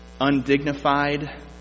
undignified